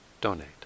donate